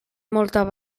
molta